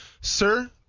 Sir